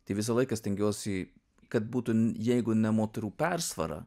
tai visą laiką stengiuosi kad būtų jeigu ne moterų persvara